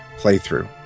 playthrough